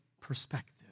perspective